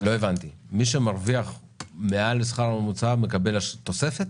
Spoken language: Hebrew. לא הבנתי, מי שמרוויח מעל לשכר הממוצע מקבל תוספת?